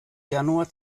januar